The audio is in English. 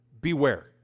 Beware